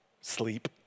Sleep